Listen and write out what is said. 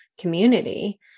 community